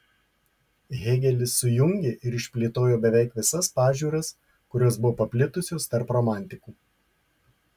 hėgelis sujungė ir išplėtojo beveik visas pažiūras kurios buvo paplitusios tarp romantikų